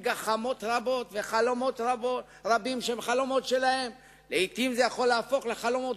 לטפל בנושאים הקשורים בשירות